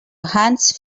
hands